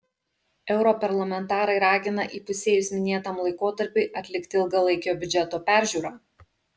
europarlamentarai ragina įpusėjus minėtam laikotarpiui atlikti ilgalaikio biudžeto peržiūrą